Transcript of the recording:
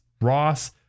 Ross